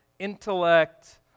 Intellect